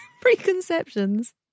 preconceptions